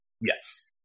Yes